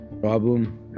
Problem